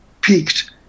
peaked